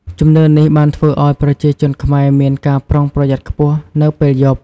ជំនឿនេះបានធ្វើឱ្យប្រជាជនខ្មែរមានការប្រុងប្រយ័ត្នខ្ពស់នៅពេលយប់។